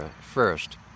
first